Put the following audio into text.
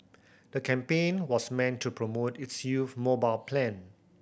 the campaign was meant to promote its youth mobile plan